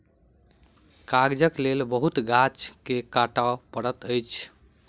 कागजक लेल बहुत गाछ के काटअ पड़ैत अछि